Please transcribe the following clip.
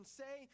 say